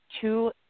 two